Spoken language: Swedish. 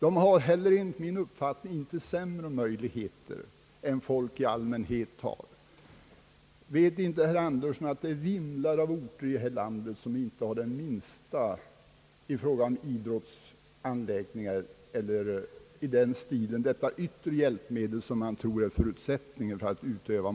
Enligt min mening har studenterna heller inte sämre möjligheter än folk i allmänhet har. Vet inte herr Andersson att det vimlar av orter här i landet som inte har det minsta i fråga om idrottsanläggningar eller något i den stilen, som man tror är förutsättningen för idrottsutövning?